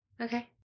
Okay